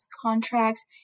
contracts